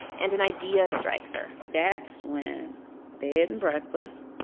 and an idea strikes her that's when bed-and-breakfast